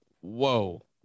whoa